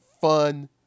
fun